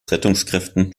rettungskräften